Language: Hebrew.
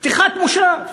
פתיחת מושב,